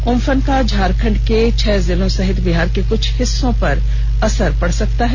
Amphan का झारखंड के छह जिलों सहित बिहार के कुछ हिस्सों पर असर पड़ सकता है